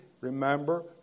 remember